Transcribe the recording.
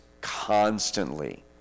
constantly